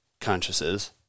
consciousnesses